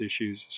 issues